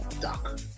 Duck